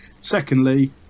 Secondly